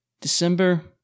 December